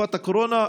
בתקופת הקורונה,